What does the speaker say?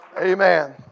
Amen